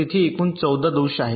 तर तेथे एकूण 14 दोष आहेत